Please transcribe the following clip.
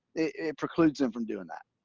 it precludes them from doing that.